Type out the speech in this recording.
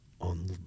on